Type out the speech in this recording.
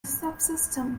subsystem